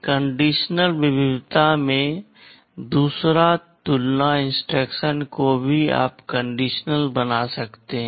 लेकिन कंडीशनल विविधता में दूसरा तुलना इंस्ट्रक्शन को भी आप कंडीशनल बना सकते हैं